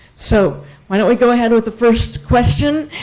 so why don't we go ahead with the first question,